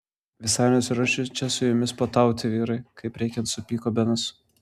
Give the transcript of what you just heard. visai nesiruošiu čia su jumis puotauti vyrai kaip reikiant supyko benas